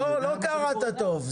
לא, לא קראת טוב.